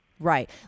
Right